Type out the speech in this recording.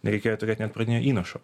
nereikėjo net pradinio įnašo